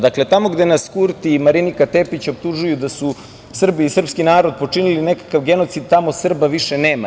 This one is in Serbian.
Dakle, tamo gde nas Kurti i Marinika Tepić optužuju da su Srbi i srpski narod počinili nekakav genocid, tamo Srba više nema.